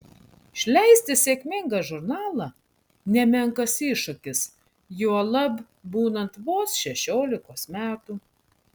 išleisti sėkmingą žurnalą nemenkas iššūkis juolab būnant vos šešiolikos metų